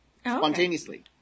spontaneously